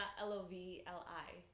L-O-V-L-I